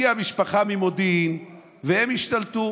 הגיעה משפחה ממודיעין והם השתלטו,